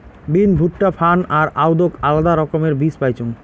বিন, ভুট্টা, ফার্ন আর আদৌক আলাদা রকমের বীজ পাইচুঙ